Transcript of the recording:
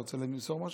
אתה רוצה למסור משהו?